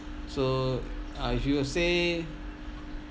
so uh if you will say